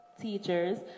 teachers